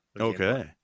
Okay